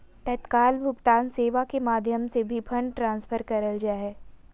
तत्काल भुगतान सेवा के माध्यम से भी फंड ट्रांसफर करल जा हय